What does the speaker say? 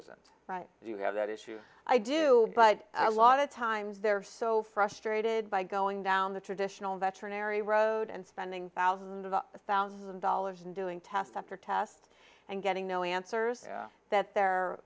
isn't right you have that issue i do but a lot of times they're so frustrated by going down the traditional veterinary road and spending thousands of thousand dollars in doing test after test and getting no answers that they're